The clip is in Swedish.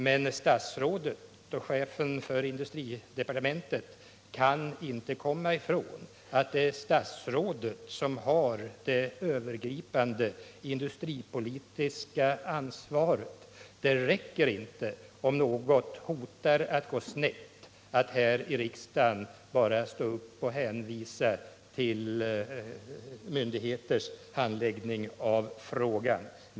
Men statsrådet och chefen för industridepartementet kan inte komma ifrån att det är statsrådet som har det övergripande industripolitiska ansvaret. Det räcker inte om något hotar att gå snett, att här i riksdagen bara stå upp och hänvisa till myndigheters handläggning av frågan.